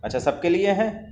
اچھا سب کے لیے ہیں